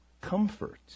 comfort